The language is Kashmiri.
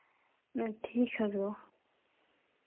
إں ٹھیٖک حظ گوٚو